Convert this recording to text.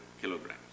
kilograms